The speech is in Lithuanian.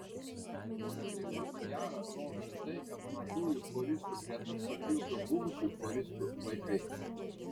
kad chore dainuoti gera rodo ir tai kad mažųjų choristų gretas papildo buvusių choristų vaikai